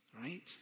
Right